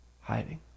hiding